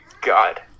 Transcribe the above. god